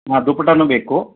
ಹಾಂ ದುಪ್ಪಟ್ಟನೂ ಬೇಕು